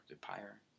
pyre